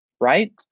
Right